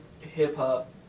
hip-hop